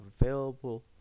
available